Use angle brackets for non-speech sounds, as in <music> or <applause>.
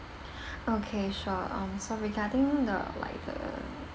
<breath> okay sure um so regarding the like the